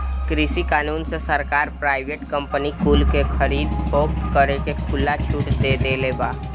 कृषि कानून से सरकार प्राइवेट कंपनी कुल के खरीद फोक्त करे के खुला छुट दे देले बा